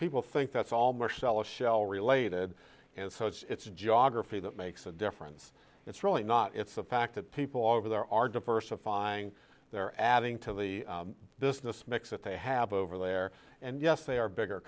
people think that's all marcellus shell related and so it's geography that makes a difference it's really not it's a fact that people over there are diversifying they're adding to the business mix that they have over there and yes they are bigger